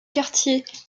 quartier